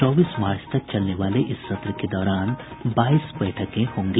चौबीस मार्च तक चलने वाले इस सत्र के दौरान बाईस बैठके होंगी